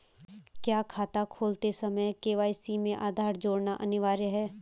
क्या खाता खोलते समय के.वाई.सी में आधार जोड़ना अनिवार्य है?